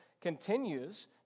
continues